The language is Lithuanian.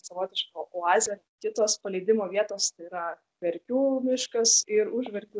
savotišką oazę kitos paleidimo vietos yra verkių miškas ir už verkių